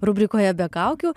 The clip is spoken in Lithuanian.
rubrikoje be kaukių